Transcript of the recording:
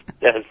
yes